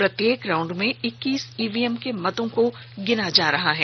प्रत्येक राउंड में इक्कीस इवीएम के मतों को गिना जा रहा है